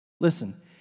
Listen